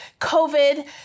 COVID